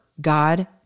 God